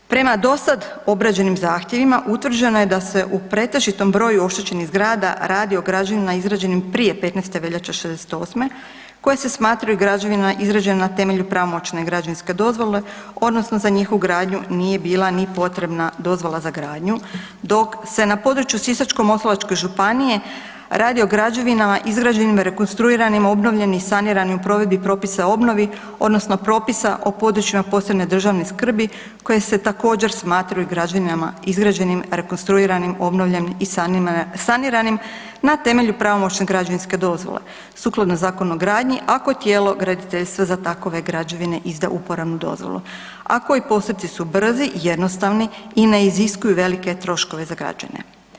Prema dosad obrađenim zahtjevima utvrđeno je da se u pretežitom broju oštećenih zgrada radi o građevinama izgrađenim prije 15. veljače '68., koje se smatraju građevinama izgrađenim na temelju pravomoćne građevinske dozvole odnosno za njihovu gradnju nije ni bila potrebna dozvola za gradnju, dok se na području Sisačko-moslavačke županije radi o građevinama izgrađenim, rekonstruiranim, obnovljenim i saniranim u provedbi propisa o obnovi odnosno propisa o područjima posebne državne skrbi koje se također smatraju građevinama izgrađenim, rekonstruiranim, obnovljenim i saniranim na temelju pravomoćne građevinske dozvole sukladno Zakonu o gradnju ako tijelo graditeljstva za takove građevine izda uporabnu dozvolu, a koji postupci su brzi, jednostavni i ne iziskuju velike troškove za građane.